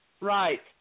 right